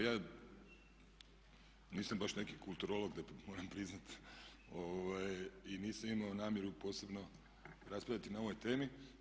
Ja nisam baš neki kulturolog moram priznati i nisam imao namjeru posebno raspravljati na ovoj temi.